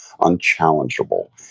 unchallengeable